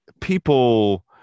people